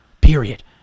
Period